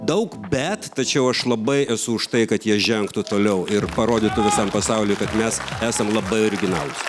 daug bet tačiau aš labai esu už tai kad jie žengtų toliau ir parodytų visam pasauliui kad mes esam labai originalūs